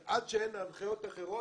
ועד שאין הנחיות אחרות,